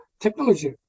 technology